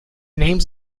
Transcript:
names